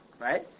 Right